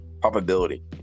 probability